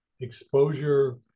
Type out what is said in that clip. exposure